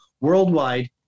worldwide